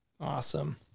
Awesome